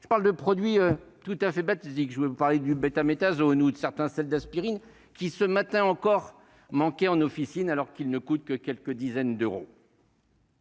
je parle de produits tout à fait baptiser que je veux parler du zone ou de certains celle d'aspirine qui ce matin encore manqué en officine alors qu'ils ne coûtent que quelques dizaines d'euros.